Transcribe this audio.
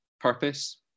purpose